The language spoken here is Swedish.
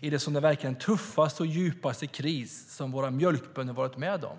i den, som det verkar, tuffaste och djupaste kris som våra mjölkbönder har varit med om.